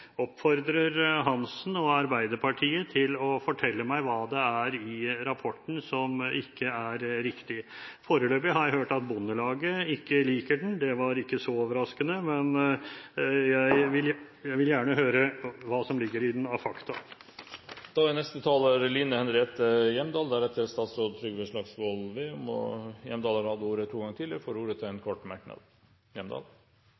oppfordrer Hansen og Arbeiderpartiet til å fortelle meg hva det er i rapporten som ikke er riktig. Foreløpig har jeg hørt at Bondelaget ikke liker den. Det var ikke så overraskende, men jeg vil gjerne høre hva som ligger i den av fakta. Representanten Line Henriette Hjemdal har hatt ordet to ganger tidligere og får ordet til en